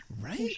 right